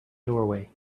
doorway